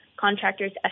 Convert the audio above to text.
contractor's